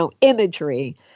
imagery